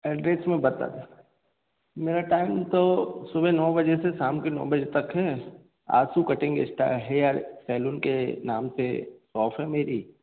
address मैं बताता मेरा टाइम तो सुबह नौ बजे से शाम के नौ बजे तक है आसू कटिंग अस्टा हेयर सेलून के नाम से शॉप है मेरी